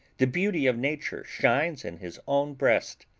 the beauty of nature shines in his own breast.